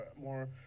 more